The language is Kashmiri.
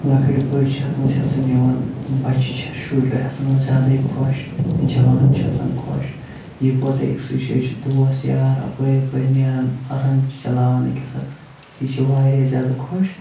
لَکٕٹۍ بٔڑۍ چھِ اَتھ منٛز حِصہٕ نِوان بَچہِ چھِ شُرۍ آسان وٕ زیادَے خۄش جَوان چھِ آسان خۄش یِکوٹَے أکسٕے چھِ أسۍ چھِ دوس یار اَپٲرۍ یَپٲرۍ نیرَان رَنٛگ چھِ چَلاوَان أکِس اکھ یِم چھِ واریاہ زیادٕ خۄش